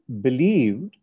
believed